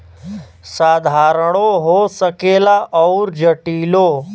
साधारणो हो सकेला अउर जटिलो